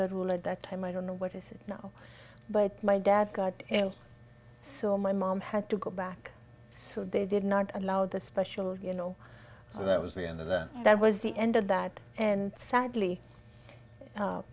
rule at that time i don't know what is it now but my dad god and so my mom had to go back so they did not allow the special you know so that was the end of the that was the end of that and sadly